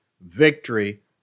victory